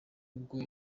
ubwo